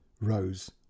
Rose